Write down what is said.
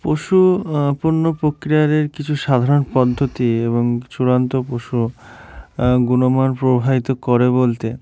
পশু পণ্য প্রক্রিয়াদের কিছু সাধারণ পদ্ধতি এবং চূড়ান্ত পশু গুণমান প্রভাবিত করে বলতে